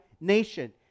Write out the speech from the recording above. nation